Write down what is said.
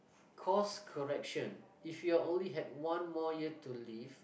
course correction if you are only had one more year to live